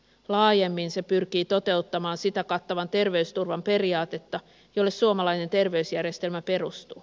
laajemmin se pyrkii toteuttamaan sitä kattavan terveysturvan periaatetta jolle suomalainen terveysjärjestelmä perustuu